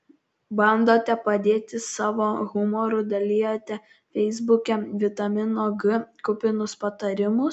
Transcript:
bandote padėti savo humoru dalijate feisbuke vitamino g kupinus patarimus